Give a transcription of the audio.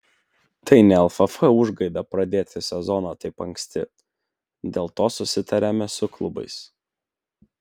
tai ne lff užgaida pradėti sezoną taip anksti dėl to susitarėme su klubais